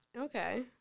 Okay